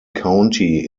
county